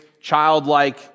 childlike